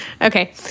Okay